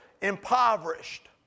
impoverished